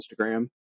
instagram